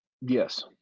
Yes